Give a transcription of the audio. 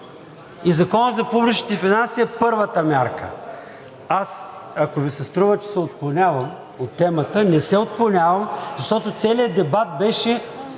И Законът за публичните финанси е първата мярка. Ако Ви се струва, че се отклонявам от темата, не се отклонявам, защото целият дебат беше